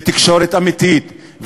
לתקשורת אמיתית,